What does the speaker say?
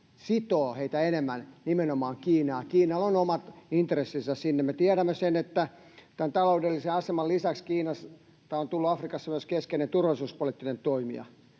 sitoo heitä enemmän nimenomaan Kiinaan. Kiinalla on omat intressinsä sinne. Me tiedämme, että tämän taloudellisen aseman lisäksi Kiinasta on tullut Afrikassa myös keskeinen turvallisuuspoliittinen toimija,